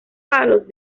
palos